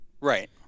Right